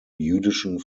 jüdischen